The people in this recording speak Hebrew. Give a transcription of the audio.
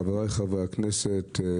חבריי חברי הכנסת,